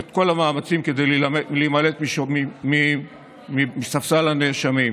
את כל המאמצים כדי להימלט מספסל הנאשמים?